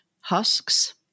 husks